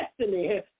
destiny